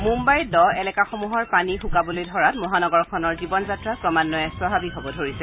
মুম্বাইৰ দ এলেকাসমূহৰ পানী শুকাবলৈ ধৰাত মহানগৰখনৰ জীৱন যাত্ৰা ক্ৰমান্বয়ে স্বাভাৱিক হ'ব ধৰিছে